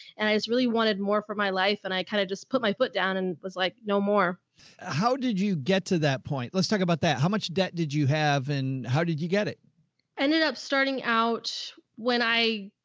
and i just really wanted more for my life and i kind of just put my foot down and was like, no more. joe how did you get to that point? let's talk about that. how much debt did you have and how did you get it chonce ended up starting out when i.